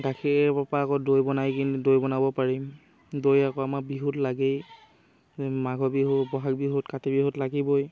গাখীৰৰ পৰা আকৌ দৈ বনাই কি দৈ বনাব পাৰিম দৈ আকৌ আমাৰ বিহুত লাগেই মাঘৰ বিহু ব'হাগ বিহুত কাতি বিহুত লাগিবই